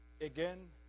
again